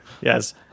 yes